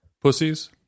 Pussies